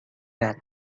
that